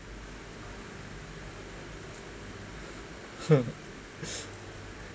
hmm